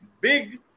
big